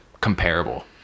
comparable